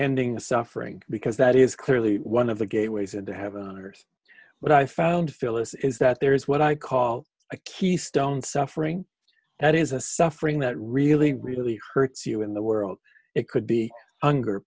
ending suffering because that is clearly one of the gateways and to have an honors when i found phyllis is that there is what i call a keystone suffering that is a suffering that really really hurts you in the world it could be ung